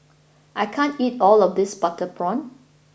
I can't eat all of this Butter Prawn